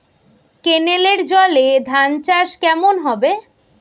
কেনেলের জলে ধানচাষ কেমন হবে?